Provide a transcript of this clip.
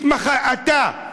את מחאתה.